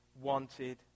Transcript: wanted